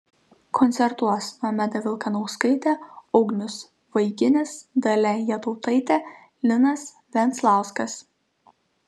koncertuos nomeda vilkanauskaitė ugnius vaiginis dalia jatautaitė linas venclauskas